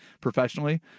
professionally